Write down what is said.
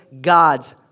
God's